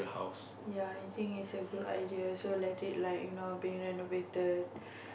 ya I think it's a good idea so let it like you know being renovated